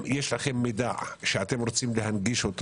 אם יש לכם מידע שאתם רוצים להנגישו,